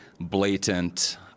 blatant